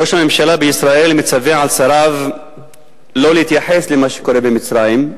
ראש הממשלה בישראל מצווה על שריו שלא להתייחס למה שקורה במצרים.